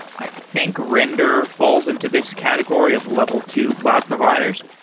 i think render falls into this category of level two cloud providers.